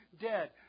dead